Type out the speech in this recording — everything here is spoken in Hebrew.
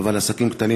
אבל עסקים קטנים,